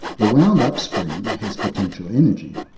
the wound up spring has potential energy,